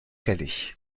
calais